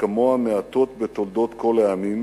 שכמוה מעטות בתולדות כל העמים